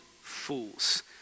fools